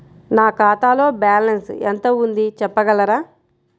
నా ఖాతాలో బ్యాలన్స్ ఎంత ఉంది చెప్పగలరా?